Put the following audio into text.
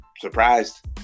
surprised